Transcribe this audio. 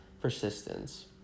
persistence